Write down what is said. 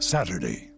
Saturday